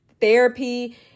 Therapy